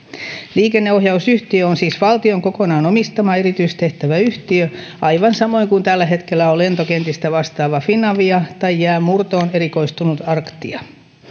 liikenneohjausyhtiö on siis valtion kokonaan omistama erityistehtäväyhtiö aivan samoin kuin tällä hetkellä on lentokentistä vastaava finavia tai jäänmurtoon erikoistunut arctia